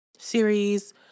series